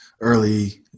early